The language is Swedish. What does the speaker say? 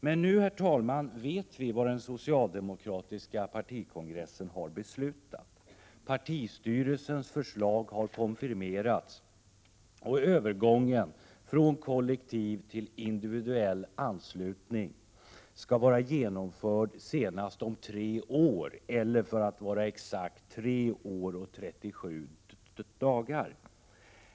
Men nu, herr talman, vet vi vad den socialdemokratiska kongressen har beslutat. Partistyrelsens förslag har konfirmerats, och övergången från kollektiv till individuell anslutning skall vara genomförd senast om tre år eller, för att vara exakt, tre år och 37 dagar.